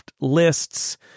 Lists